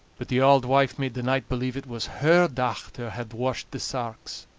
but the auld wife made the knight believe it was her dochter had washed the sarks.